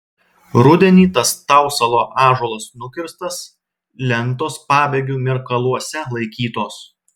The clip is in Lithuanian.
rudenį tas tausalo ąžuolas nukirstas lentos pabėgių mirkaluose laikytos